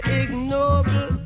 ignoble